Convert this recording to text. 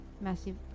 massive